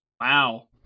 Wow